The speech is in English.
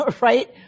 right